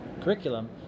curriculum